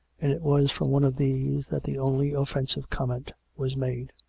and it was from one of these that the only offensive comment was made.